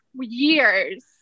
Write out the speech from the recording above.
years